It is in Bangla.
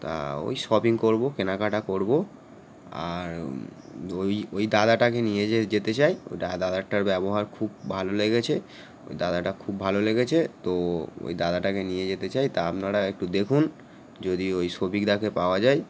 তা ওই শপিং করবো কেনাকাটা করবো আর ওই ওই দাদাটাকে নিয়ে যে যেতে চাই ওই দা দাদাটার ব্যবহার খুব ভালো লেগেছে ওই দাদাটা খুব ভালো লেগেছে তো ওই দাদাটাকে নিয়ে যেতে চাই তা আপনারা একটু দেখুন যদি ওই শফিক দাকে পাওয়া যায়